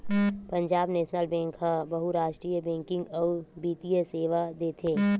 Punjab national bank ह बहुरास्टीय banking अउ बित्तीय सेवा देथे